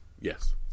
Yes